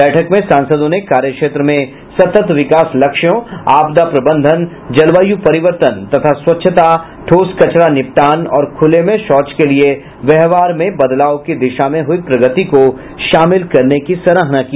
बैठक में सांसदों ने कार्यक्षेत्र में सतत विकास लक्ष्यों आपदा प्रबंधन जलवायु परिवर्तन तथा स्वच्छता ठोस कचरा निपटान और खुले में शौच के लिए व्यवहार में बदलाव की दिशा में हुई प्रगति को शामिल करने की सराहना की